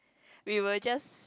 we will just